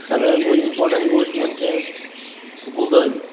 सगळ्यांकुन important गोश्ट म्हणजे Google